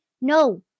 No